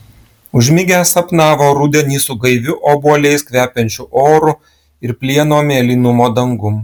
užmigęs sapnavo rudenį su gaiviu obuoliais kvepiančiu oru ir plieno mėlynumo dangum